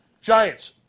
Giants